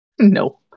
No